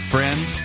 Friends